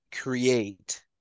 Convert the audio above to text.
create